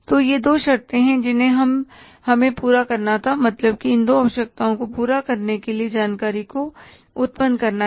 तो ये दो शर्तें हैं जिन्हें हमें पूरा करना था मतलब की इन दो आवश्यकताओं को पूरा करने के लिए जानकारी को उत्पन्न करना है